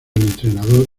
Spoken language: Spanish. entrenador